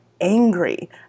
angry